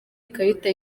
ikarita